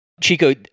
chico